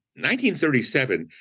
1937